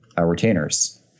retainers